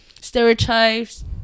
stereotypes